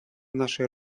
нашей